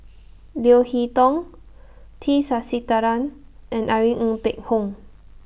Leo Hee Tong T Sasitharan and Irene Ng Phek Hoong